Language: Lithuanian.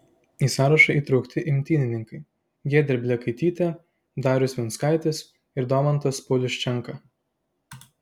į sąrašą įtraukti imtynininkai giedrė blekaitytė darius venckaitis ir domantas pauliuščenka